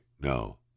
no